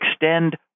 extend